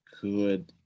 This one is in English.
good